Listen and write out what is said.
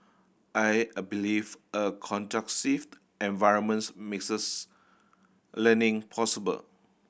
I a believe a conducive environments makes learning possible